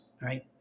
right